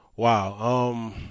Wow